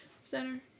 center